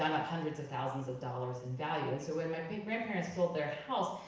up hundreds of thousands of dollars in value. and so when my grandparents sold their house,